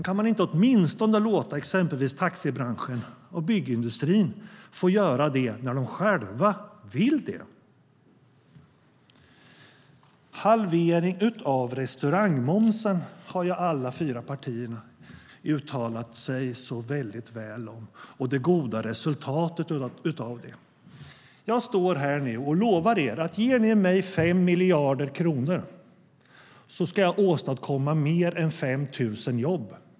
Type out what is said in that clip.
Kan man inte åtminstone låta exempelvis taxibranschen och byggindustrin få göra det när de själva vill det? Alla fyra partierna har uttalat sig så väldigt väl om halvering av restaurangmomsen och det goda resultatet av det. Jag står här nu och lovar er att om ni ger mig 5 miljarder kronor ska jag åstadkomma mer än 5 000 jobb.